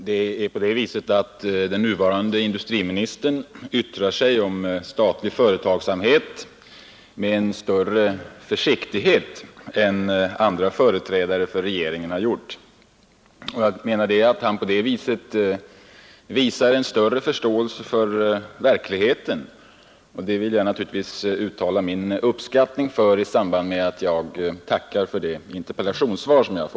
Herr talman! Den nuvarande industriministern yttrar sig om statlig företagsamhet med större försiktighet än vad andra företrädare för regeringen gjort. Han visar på så sätt en större förståelse för verkligheten, Nr 66 och det vill jag uttala min uppskattning för i samband med att jag tackar Onsdagen den för svaret på min interpellation.